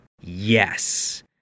Yes